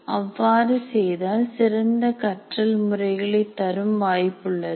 அவ்வாறு செய்தால் சிறந்த கற்றல் முறைகளை தரும் வாய்ப்புள்ளது